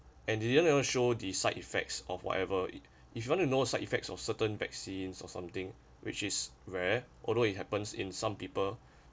and he didn't even show the side effects of whatever it if you want to know side effects of certain vaccines or something which is rare although it happens in some people